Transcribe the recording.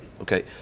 Okay